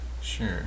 Sure